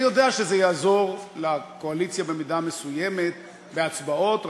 אני יודע שזה יעזור לקואליציה במידה מסוימת בהצבעות,